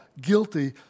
guilty